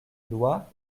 loi